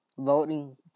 voting